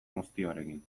muztioarekin